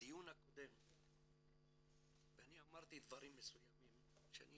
בדיון הקודם אמרתי דברים מסוימים שאני